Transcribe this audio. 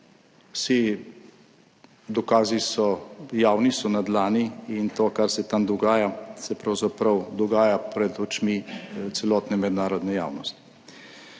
Vsi dokazi so javni, so na dlani in to, kar se tam dogaja, se pravzaprav dogaja pred očmi celotne mednarodne javnosti.